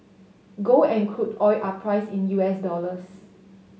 gold and crude oil are priced in U S dollars